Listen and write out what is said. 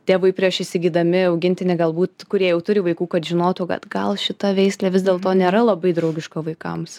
tėvai prieš įsigydami augintinį galbūt kurie jau turi vaikų kad žinotų kad gal šita veislė vis dėlto nėra labai draugiška vaikams